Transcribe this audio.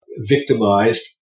victimized